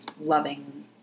loving